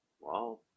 Wow